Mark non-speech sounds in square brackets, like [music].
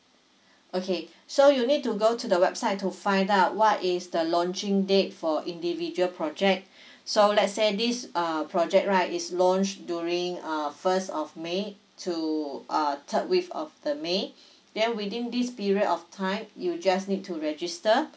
[breath] okay [breath] so you need to go to the website to find out what is the launching date for individual project [breath] so let's say this uh project right is launched during uh first of may to uh third week of the may [breath] then within this period of time you just need to register